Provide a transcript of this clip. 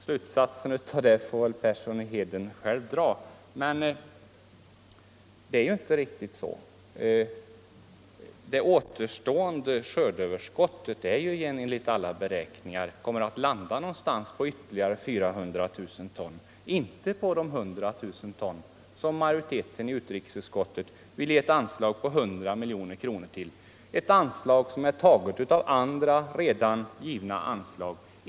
Slutsatsen av det får herr Persson i Heden dra, men det förhåller sig inte riktigt på det sättet. Det väntade skördeöverskottet kommer enligt gjorda beräkningar att uppgå till ytterligare 400 000 ton, inte till de 100 000 ton för vars inköp majoriteten i utrikesutskottet vill ha ett anslag på 100 miljoner kronor. Dessa medel skall tas från redan beviljade anslag.